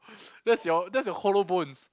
that's your that's your hollow bones